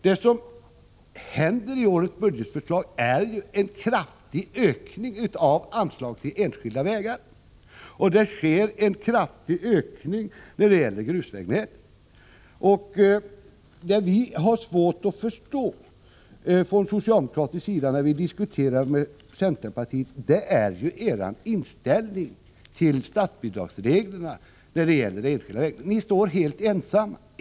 Det som förordas i årets budgetförslag är en kraftig ökning av anslaget till enskilda vägar och till grusvägnätet. Det vi från socialdemokratisk sida har svårt att förstå när vi diskuterar med centerpartiets företrädare är er inställning till reglerna för statsbidrag till det enskilda vägnätet. Ni står på den punkten helt ensamma.